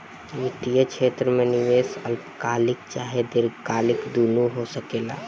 वित्तीय क्षेत्र में निवेश अल्पकालिक चाहे दीर्घकालिक दुनु हो सकेला